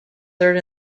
third